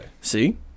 See